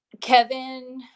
Kevin